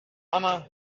anna